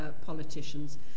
politicians